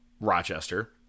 Rochester